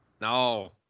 No